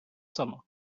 summer